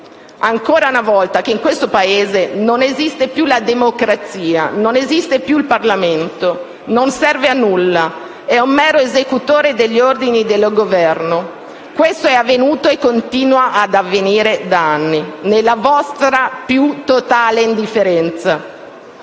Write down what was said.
ancora una volta che in questo Paese non esiste più la democrazia e non esiste più il Parlamento, che non serve a nulla ed è un mero esecutore degli ordini del Governo. Questo è avvenuto e continua ad avvenire da anni, nella vostra più totale indifferenza.